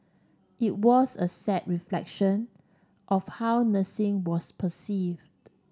it was a sad reflection of how nursing was perceived